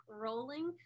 rolling